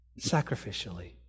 Sacrificially